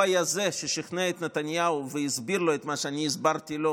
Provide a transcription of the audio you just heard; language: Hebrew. הוא היה זה ששכנע את נתניהו והסביר לו את מה שאני הסברתי לו,